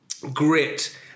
grit